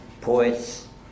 poets